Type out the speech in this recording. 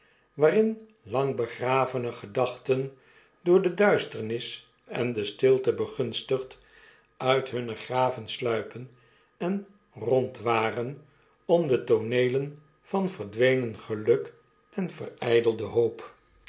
waarin lang begravene gedachten door de duisternis en de stilte begunstigd uit hunne graven sluipen en rondwaren om de tooneelen van verdwenen geluk en verijdelde hoop